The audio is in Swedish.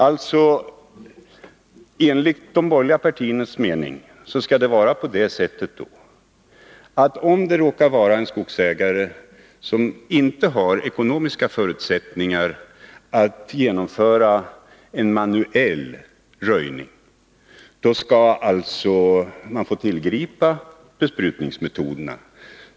Om en skogsägare inte har ekonomiska förutsättningar att genomföra en manuell röjning, skall han enligt de borgerliga partiernas mening alltså få tillgripa besprutningsmetoderna.